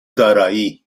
دارایی